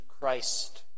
Christ